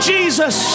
Jesus